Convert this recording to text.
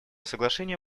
соглашения